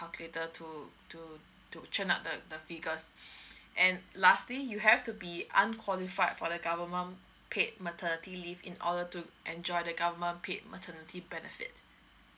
calculator to to to turn out the the figures and lastly you have to be unqualified for the government paid maternity leave in order to enjoy the government paid maternity benefit